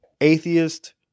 atheist